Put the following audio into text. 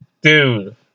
Dude